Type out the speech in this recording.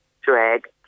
drag